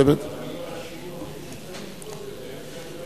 אבל הרבנים הראשיים ביקשו לדחות את זה,